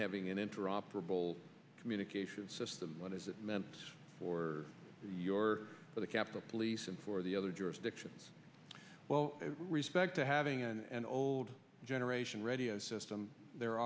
having an interoperable communications system as it meant for your for the capitol police and for the other jurisdictions well respect to having and old generation radio system there